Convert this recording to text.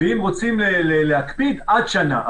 אם רוצים להקפיד, עד שנה.